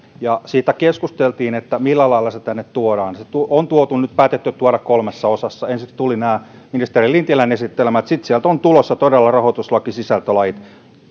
ja siitä keskusteltiin että millä lailla se tänne tuodaan se on nyt päätetty tuoda kolmessa osassa ensin tulivat nämä ministeri lintilän esittelemät sitten sieltä on tulossa todella rahoituslaki sisältölait